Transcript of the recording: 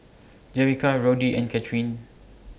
Jerrica Roddy and Kathryne